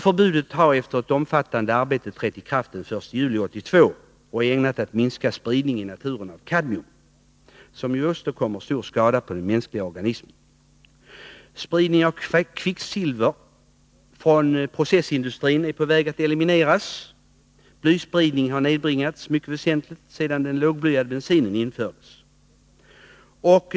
Förbudet har efter ett omfattande arbete trätt i kraft den 1 juli 1982 och är ägnat att minska spridningen i naturen av kadmium, som ju kan åstadkomma stor skada på den mänskliga organismen. Spridning av kvicksilver från processindustrin är på väg att elimineras. Blyspridningen har nedbringats mycket väsentligt sedan den lågblyade bensinen införts.